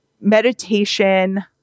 meditation